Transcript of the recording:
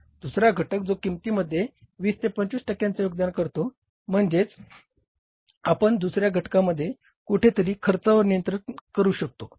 दुसरा घटक जो किंमतीमध्ये 20 ते 25 टक्क्यांचा योगदान करतो म्हणजेच आपण दुसऱ्या घटकामध्ये कुठेतरी खर्चावर नियंत्रण करू शकतो